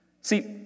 See